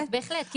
בהחלט, בהחלט.